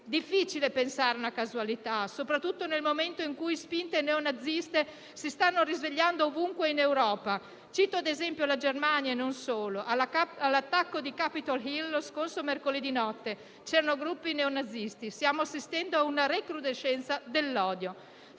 Difficile pensare a una casualità, soprattutto nel momento in cui spinte neonaziste si stanno risvegliando ovunque in Europa. Cito ad esempio la Germania e non solo. All'attacco di Capitol Hill, lo scorso mercoledì notte, c'erano gruppi neonazisti. Stiamo assistendo a una recrudescenza dell'odio,